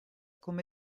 come